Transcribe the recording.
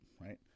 right